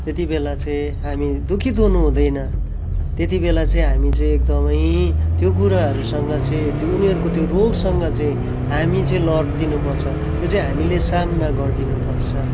त्यति बेला चाहिँ हामी दुखित हुनु हुँदैन त्यति बेला चाहिँ हामी चाहिँ एकदमै त्यो कुराहरूसँग चाहिँ उनीहरूको त्यो रोगसँग चाहिँ हामी चाहिँ लडिदिनु पर्छ त्यो चाहिँ हामीले सामना गरिदिनु पर्छ